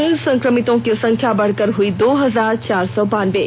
कुल संक्रमितों की संख्या बढ़कर हुई दो हजार चार सौ बानबे